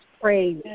praise